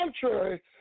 contrary